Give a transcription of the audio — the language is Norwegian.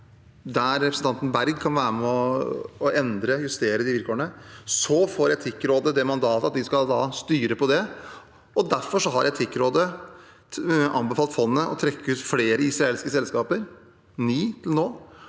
der representanten Berg kan være med og endre og justere vilkårene. Så får Etikkrådet som mandat at de skal styre etter det. Derfor har Etikkrådet anbefalt fondet å trekke ut flere israelske selskaper, ni til nå.